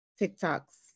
TikToks